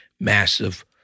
massive